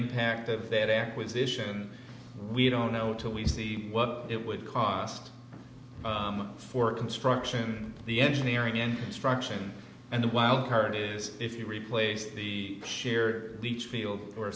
impact of that acquisition we don't know until we see what it would cost for construction the engineering and construction and the wild card is if you replace the sheer leach field or